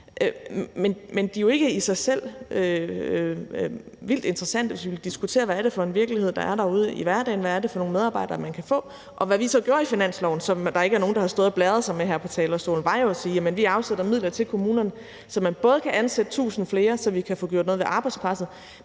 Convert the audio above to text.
men de er jo ikke i sig selv vildt interessante, hvis vi vil diskutere, hvad det er for en virkelighed, der er derude i hverdagen, og hvad det er for nogle medarbejdere, man kan få. Hvad vi så gjorde i finansloven, som der ikke er nogen, der har stået og blæret sig med her på talerstolen, var jo at sige, at vi afsætter midler til kommunerne, så man kan ansætte 1.000 flere, så vi kan få gjort noget ved arbejdspresset,